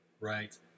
Right